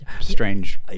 strange